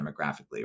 demographically